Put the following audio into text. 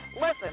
listen